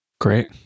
great